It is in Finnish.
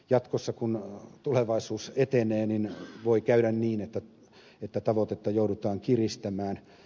jatkossa kun tulevaisuus etenee voi käydä niin että tavoitetta joudutaan kiristämään